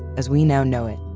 as we now know it,